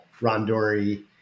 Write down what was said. Rondori